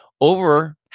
over